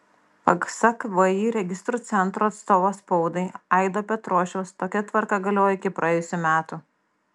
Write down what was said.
pasak vį registrų centro atstovo spaudai aido petrošiaus tokia tvarka galiojo iki praėjusių metų